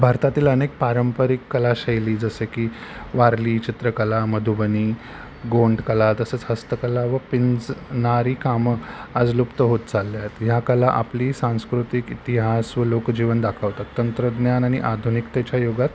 भारतातील अनेक पारंपरिक कलाशैली जसे की वारली चित्रकला मधुबनी गोंडकला तसेच हस्तकला व पिंजणारी कामं आज लुप्त होत चालल्या आहेत ह्या कला आपली सांस्कृतिक इतिहास व लोकजीवन दाखवतात तंत्रज्ञान आणि आधुनिकतेच्या युगात